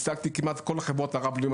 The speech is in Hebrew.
השגתי כמעט את כל החברות הרב לאומיות